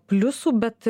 pliusų bet